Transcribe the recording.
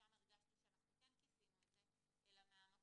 שם הרגשנו שכן כיסינו את זה אלא מהמקום